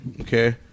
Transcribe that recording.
Okay